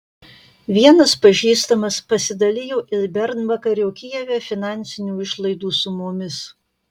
vienas pažįstamas pasidalijo ir bernvakario kijeve finansinių išlaidų sumomis